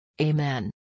Amen